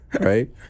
Right